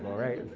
right?